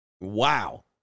Wow